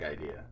idea